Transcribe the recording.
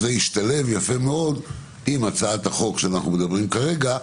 זה ישתלב יפה מאוד עם הצעת החוק שאנחנו מדברים עליה כרגע,